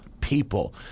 people